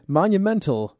monumental